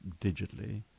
digitally